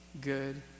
good